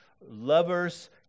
Lovers